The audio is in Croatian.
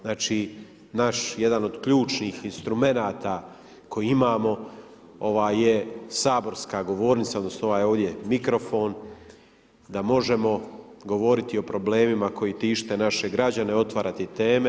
Znači, naš jedan od ključnih instrumenata koje imamo je saborska govornica odnosno ovaj ovdje mikrofon da možemo govoriti o problemima koji tište naše građane, otvarati teme.